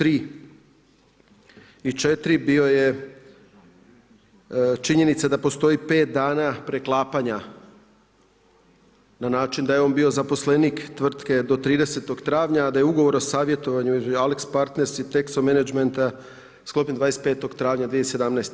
3. i 4. bio je činjenica da postoji 5 dana preklapanja, na način da je on bio zaposlenik tvrtke do 30. travnja, a da je ugovor o savjetovanju između AlixPartners i Texo Managementa sklopljen 25. travnja 2017.